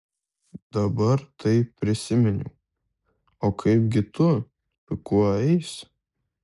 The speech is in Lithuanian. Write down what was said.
dabar tai prisiminiau o kaipgi tu su kuo eisi